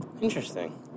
Interesting